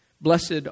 Blessed